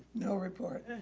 no report.